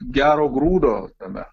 gero grūdo tame